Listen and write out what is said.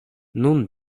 nun